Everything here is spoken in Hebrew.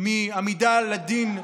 מעמידה לדין.